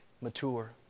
mature